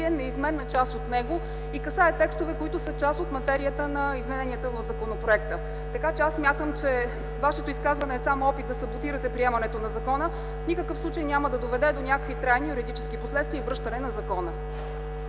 неизменна част от него – касае текстове, които са част от материята на измененията в законопроекта. Аз смятам, че Вашето изказване е само опит да саботирате приемането на закона, в никакъв случай няма да доведе до някакви трайни юридически последствия и връщане на закона.